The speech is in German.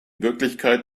wirklichkeit